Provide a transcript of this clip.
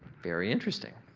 very interesting.